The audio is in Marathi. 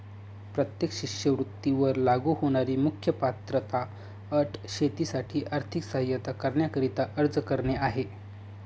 प्रत्येक शिष्यवृत्ती वर लागू होणारी मुख्य पात्रता अट शेतीसाठी आर्थिक सहाय्यता करण्याकरिता अर्ज करणे आहे